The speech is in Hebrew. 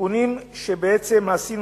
התיקונים שבעצם עשינו,